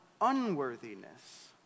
unworthiness